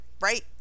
right